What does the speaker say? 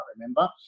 remember